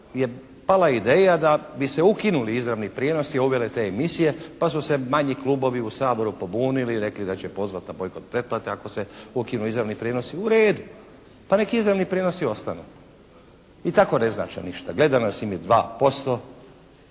je pala ideja da bi se ukinuli izravni prijenosi, uvele te emisije, pa su se manji klubovi u Saboru pobunili, rekli da će pozvat na bojkot pretplate ako se ukinu izravni prijenosi. Uredu. Pa neka izravni prijenosi ostanu. I tako ne znače ništa. Gledanost im je 2%.